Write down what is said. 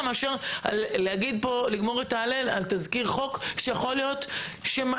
מאשר לגמור את ההלל על תזכיר חוק שיכול להיות שאם